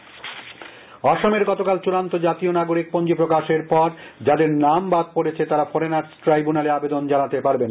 অসম অসমের গতকাল চূড়ান্ত জাতীয় নাগরিক পঞ্জী প্রকাশ হওয়ার পর যাদের নাম বাদ পরেছে তারা ফরেনার্স ট্রাইব্যুনালে আবেদন জানাতে পারবেন